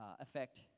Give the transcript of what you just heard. affect